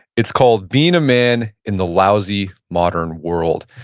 it's called being a man in the lousy modern world.